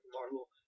Marvel